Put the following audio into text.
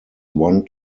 one